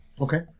Okay